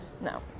No